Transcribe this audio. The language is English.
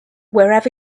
wherever